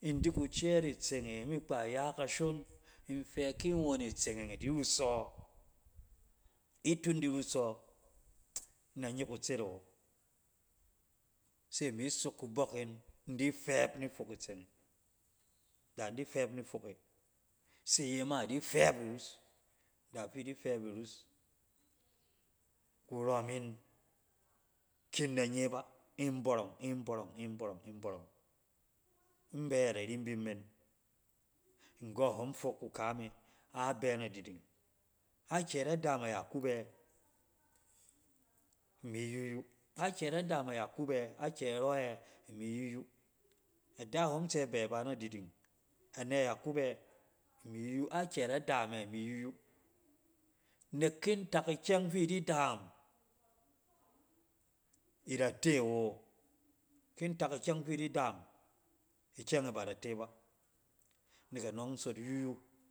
In di kukɛɛt itseng e mi kpa ya kashon, in fɛ kin won itseng yeng idi rus sɔ itun di rus sɔ in da nye kutset awo. Se imi sok kubɔk in indi fɛp nifok itseng e. Da in di fɛp nifok e, se iye ma idi fɛp irus; da fi idi fɛp irus, kurɔmin ki in da nye ba. In bɔrɔng in bɔrɔng, in bɔrɔng, in bɔrɔng. In bɛ yɛt ari in bin men, nggɔ hom fok kukaa, me, abɛ nadiding, akyɛ da daam a yakub ɛ? Imi yuyu, akyɛ da daan a yakub ɛ? Akyɛ rɔ yɛ? Imi yuyu. Ada hom tsɛ bɛ ba nadiding, anɛ yakub ɛ? Imi yuyu, akyɛ da daam ɛ? Imi yuyu/ nek kin tak ikyɛng fi idi daam, ida te wo, fin tak kyɛng fi idi daam, ikyɛng e ba da te ba nek anɔng in sot yuyu.